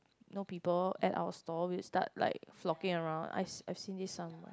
no people at our stall we'll start like flocking around I've I've seen this some